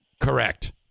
Correct